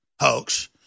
hoax